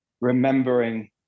remembering